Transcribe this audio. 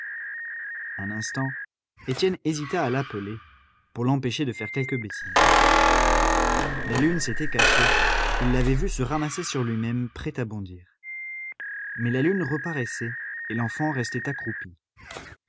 un instant étienne hésita à l'appeler pour l'empêcher de faire quelque bêtise la lune s'était cachée il l'avait vu se ramasser sur lui-même prêt à bondir mais la lune reparaissait et l'enfant restait accroupi